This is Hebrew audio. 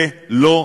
זה לא מענייננו.